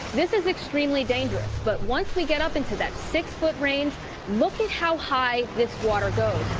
this is extremely dangerous, but once we get up into that six-foot range look at how high this water goes.